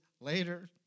later